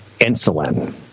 insulin